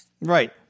Right